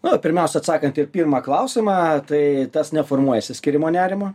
na pirmiausia atsakant į pirmą klausimą tai tas neformuoja išsiskyrimo nerimo